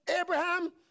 Abraham